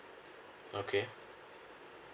okay